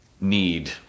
need